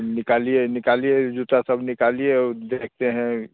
निकालिए निकालिए जूता सब निकालिए वह देखते हैं